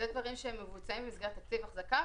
אלה דברים שמבוצעים במסגרת תקציב אחזקה,